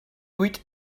huit